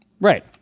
Right